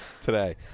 today